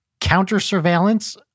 counter-surveillance